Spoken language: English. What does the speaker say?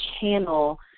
channel